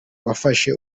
wafashe